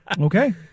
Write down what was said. Okay